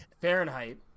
Fahrenheit